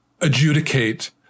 adjudicate